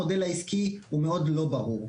המודל העסקי הוא מאוד לא ברור,